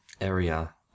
area